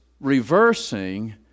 reversing